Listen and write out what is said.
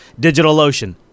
DigitalOcean